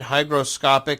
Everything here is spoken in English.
hygroscopic